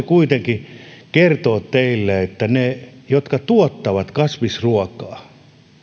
kuitenkin kertoa teille että ne jotka tuottavat kasvisruokaa